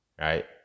right